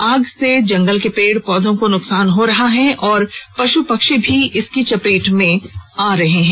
आग से जंगल के पेड़ पौधों को नुकसान हो रहा है और वहीं पशु पक्षी भी इसके चपेट में आ जा रहे हैं